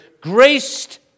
graced